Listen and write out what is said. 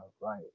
right